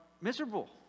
miserable